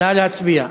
נא להצביע.